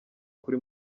kuri